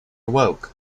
awoke